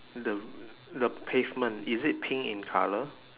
the the pavement is it pink in colour